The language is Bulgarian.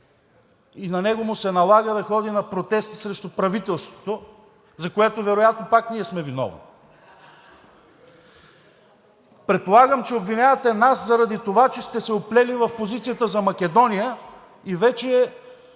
На него му се налага да ходи на протести срещу правителството, за което вероятно пак ние сме виновни. Предполагам, че обвинявате нас заради това, че сте се оплели в позицията за Македония и вече